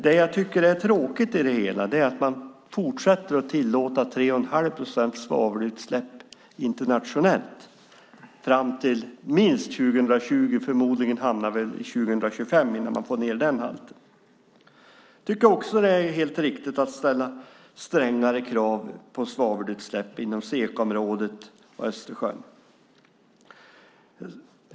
Det jag tycker är tråkigt i det hela är att man fortsätter att tillåta 3 1⁄2 procents svavelutsläpp internationellt fram till minst 2020, förmodligen når vi 2025 innan man får ned den halten. Jag tycker också att det är helt riktigt att ställa strängare krav på svavelutsläpp inom SECA-området och Östersjön.